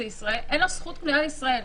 אין לו זכות קנויה לישראל,